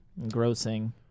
engrossing